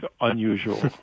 unusual